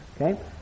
okay